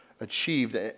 achieved